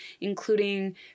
including